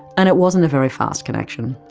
and it wasn't a very fast connection,